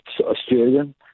Australian